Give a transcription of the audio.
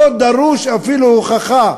לא דרושה אפילו הוכחה,